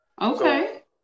Okay